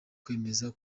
kwemeza